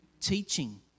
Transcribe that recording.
teaching